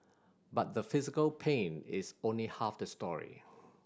but the physical pain is only half the story